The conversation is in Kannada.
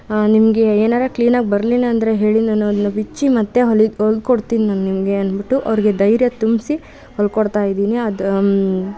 ನಿಮಗೆ ಏನಾದ್ರು ಕ್ಲೀನಾಗಿ ಬರಲಿಲ್ಲಾಂದ್ರೆ ಹೇಳಿ ನಾನು ಅದನ್ನು ಬಿಚ್ಚಿ ಮತ್ತು ಹೊಲಿ ಹೊಲ್ಕೊಡ್ತೀನಿ ನಾನು ನಿಮಗೆ ಅಂದ್ಬಿಟು ಅವರಿಗೆ ಧೈರ್ಯ ತುಂಬಿಸಿ ಹೊಲ್ಕೊಡ್ತಾ ಇದ್ದೀನಿ ಅದು